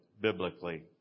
biblically